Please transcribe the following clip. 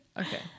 Okay